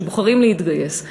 שבוחרים להתגייס.